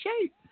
shape